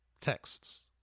texts